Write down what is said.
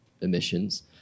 emissions